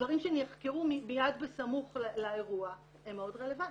דברים שנחקרו מיד בסמוך לאירוע הם מאוד רלוונטיים.